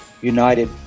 united